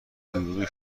دروغی